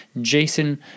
Jason